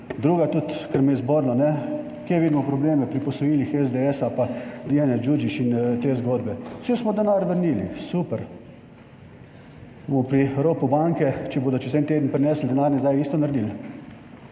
Drugo, kar me je tudi zbodlo: kje vidimo probleme pri posojilih SDS pa Dijane Đuđić in te zgodbe, »saj smo denar vrnili«. Super. Bomo pri ropu banke, če bodo čez en teden prinesli denar nazaj, isto naredili?